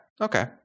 Okay